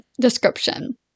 description